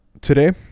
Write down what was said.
today